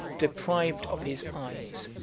deprived of his eyes,